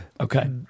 Okay